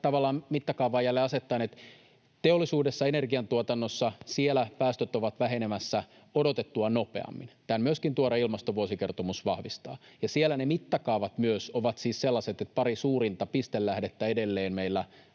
tavallaan mittakaavaan jälleen asettaen teollisuudessa, energiantuotannossa päästöt ovat vähenemässä odotettua nopeammin. Tämän myöskin tuore ilmastovuosikertomus vahvistaa, ja siellä ne mittakaavat myös ovat siis sellaiset, että pari suurinta pistelähdettä edelleen — meillä